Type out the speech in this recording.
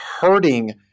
hurting